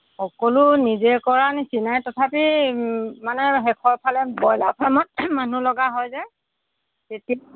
সকলো নিজে কৰা নিচিনাই তথাপি মানে শেষৰফালে ব্ৰইলাৰ ফাৰ্মত মানুহ লগা হয় যে তেতিয়া